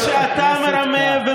חבר הכנסת כץ.